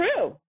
true